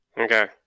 Okay